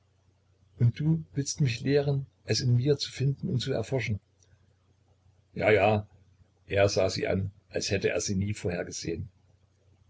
und du willst mich lehren es in mir zu finden und zu erforschen ja ja er sah sie an als hätte er sie nie vorher gesehen